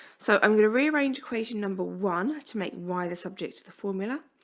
so i'm going to rearrange equation number one to make wireless objects the formula,